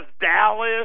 Dallas